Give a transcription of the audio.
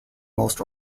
most